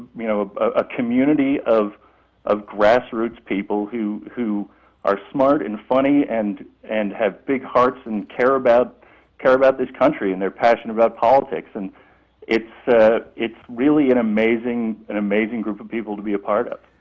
you know, a community of of grassroots people who who are smart and funny and and have big hearts and care about care about this country, and they're passionate about politics. and it's ah it's really an amazing an amazing group of people to be a part of.